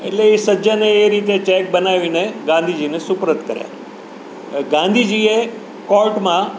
એટલે એ સજ્જને એ રીતે એ ચેક બનાવીને ગાંધીજીને સુપરત કર્યા હવે ગાંધીજીએ કોર્ટમાં